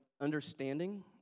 understanding